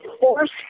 force